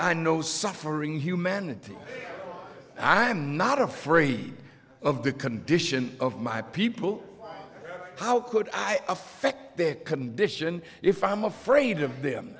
i know suffering humanity i am not afraid of the condition of my people how could i affect their condition if i am afraid of them